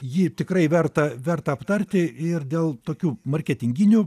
jį tikrai verta verta aptarti ir dėl tokių marketinginių